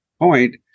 point